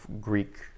Greek